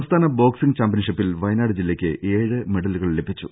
സംസ്ഥാന ബോക്സിംഗ് ചാമ്പൃൻഷിപ്പിൽ വയനാട് ജില്ലയ്ക്ക് ഏഴ് മെഡലുകൾ ലഭിച്ചു